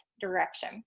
direction